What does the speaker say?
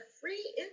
free